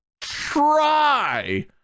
try